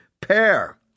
pair